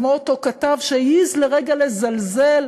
כמו אותו כתב שהעז לרגע לזלזל,